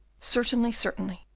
certainly, certainly,